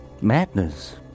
madness